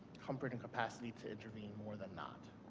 comfort and capacity to intervene more than not?